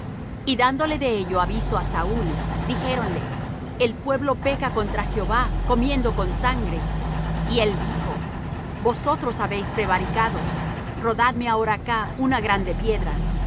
y dándole de ello aviso á saúl dijéronle el pueblo peca contra jehová comiendo con sangre y él dijo vosotros habéis prevaricado rodadme ahora acá una grande piedra